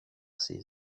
ses